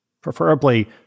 preferably